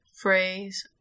phrase